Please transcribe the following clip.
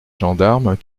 gendarmes